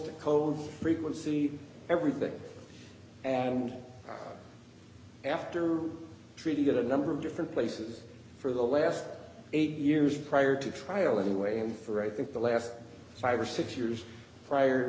to code frequency everything and after were treated a number of different places for the last eight years prior to trial anyway and for i think the last five or six years prior